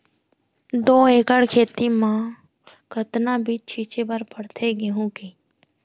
दो एकड़ खेत म कतना बीज छिंचे बर पड़थे गेहूँ के?